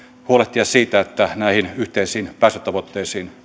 huolehtia siitä että näihin yhteisiin päästötavoitteisiin